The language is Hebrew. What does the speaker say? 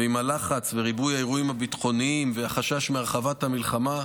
ועם הלחץ וריבוי האירועים הביטחוניים והחשש מהרחבת המלחמה,